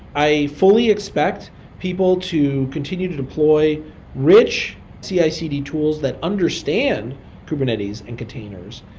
i fully expect people to continue to deploy rich cicd tools that understand kubernetes and containers.